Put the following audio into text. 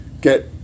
get